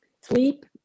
sleep